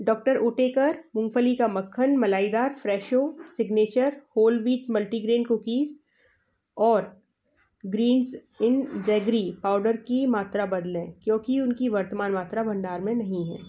doctor Oetker मूँगफली का मक्खन मलाईदार Fresho signature whole wheat multigrain cookies और ग्रीनज़ इन ज़ेगरी पाउडर की मात्रा बदलें क्योंकि उनकी वर्तमान मात्रा भंडार में नहीं है